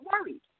worried